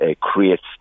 creates